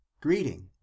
greeting